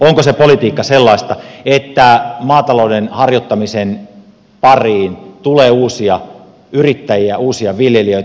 onko se politiikka sellaista että maatalouden harjoittamisen pariin tulee uusia yrittäjiä uusia viljelijöitä